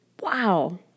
Wow